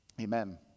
Amen